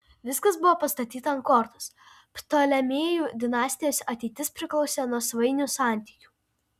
viskas buvo pastatyta ant kortos ptolemėjų dinastijos ateitis priklausė nuo svainių santykių